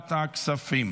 לוועדת הכספים.